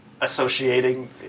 associating